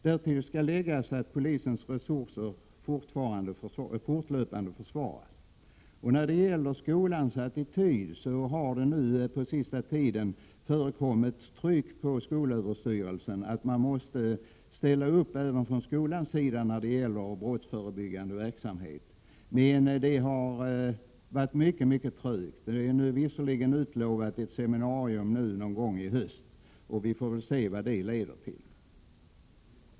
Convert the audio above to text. Därtill skall läggas att polisens resurser fortlöpande försvagas. När det gäller skolans attityd så har det den senaste tiden funnits ett tryck på skolöverstyrelsen för att man även från skolans sida skall ställa upp när det gäller brottsförebyggande verksamhet, men arbetet har gått mycket trögt. Man har visserligen utlovat ett seminarium någon gång i höst, och vi får väl se vad det leder till.